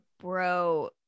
bro-